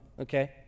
okay